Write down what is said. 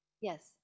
Yes